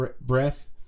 breath